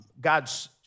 God's